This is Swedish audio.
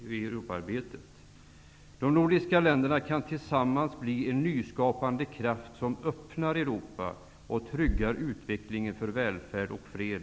Om vi kan mobilisera vårt folks engagemang i Europafrågan, kan de nordiska länderna tillsammans bli en nyskapande kraft som öppnar Europa och tryggar utvecklingen för välfärd och fred.